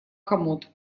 комод